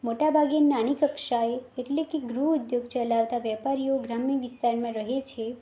મોટાભાગે નાની કક્ષાએ એટલે કે ગૃહ ઉદ્યોગ ચલાવતા વેપારીઓ ગ્રામ્ય વિસ્તારમાં રહે છે